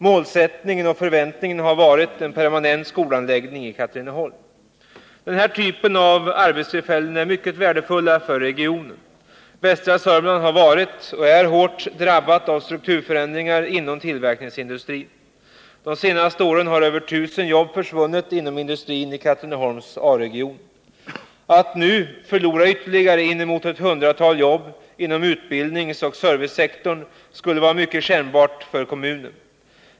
Målsättningen och förväntningen har varit en permanent skolanläggning i Katrineholm. Den typ av arbetstillfällen som en sådan anläggning ger är mycket värdefull för regionen. Västra Sörmland har varit och är hårt drabbat av strukturförändringar inom tillverkningsindustrin. De senaste åren har över 1 000 jobb försvunnit inom industrin i Katrineholms A-region. Att nu förlora ytterligare inemot ett hundratal jobb inom utbildningsoch servicesektorn skulle vara mycket kännbart för kommunen.